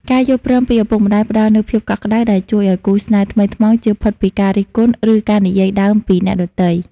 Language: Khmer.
ការយល់ព្រមពីឪពុកម្ដាយផ្ដល់នូវភាពកក់ក្ដៅ ដែលជួយឱ្យគូស្នេហ៍ថ្មីថ្មោងចៀសផុតពីការរិះគន់ ឬការនិយាយដើមពីអ្នកដទៃ។